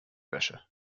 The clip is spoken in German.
wäsche